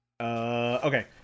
okay